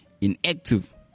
inactive